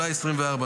אולי 2024,